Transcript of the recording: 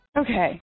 Okay